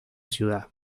ciudad